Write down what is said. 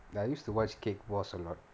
ya I used to watch cake boss a lot